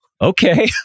Okay